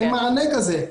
אין מענה כזה.